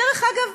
דרך אגב,